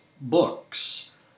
Books